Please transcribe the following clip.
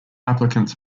applicants